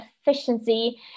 efficiency